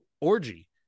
orgy